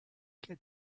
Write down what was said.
get